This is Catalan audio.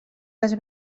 les